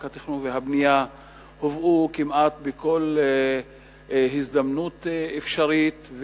התכנון והבנייה הובאו כמעט בכל הזדמנות אפשרית,